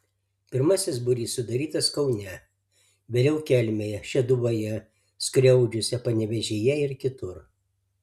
pirmasis būrys sudarytas kaune vėliau kelmėje šeduvoje skriaudžiuose panevėžyje ir kitur